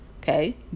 Okay